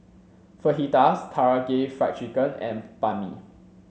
Fajitas Karaage Fried Chicken and Banh Mi